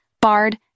BARD